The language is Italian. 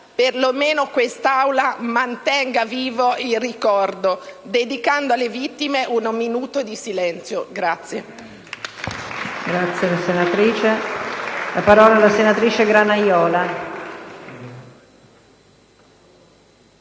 per lo meno quest'Aula mantenga vivo il ricordo dedicando alle vittime un minuto di silenzio.